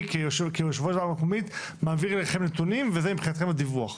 אני כיושב ראש ועדה מקומית מעביר אליכם נתונים וזה מבחינתכם הדיווח.